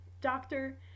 doctor